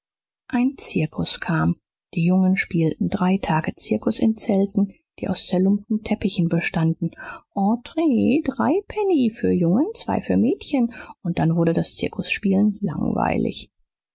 ein zirkus kam die jungen spielten drei tage zirkus in zelten die aus zerlumpten teppichen bestanden entree drei penny für jungen zwei für mädchen und dann wurde das zirkusspielen langweilig